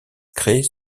créer